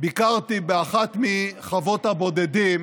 ביקרתי באחת מחוות הבודדים